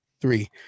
three